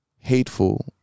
hateful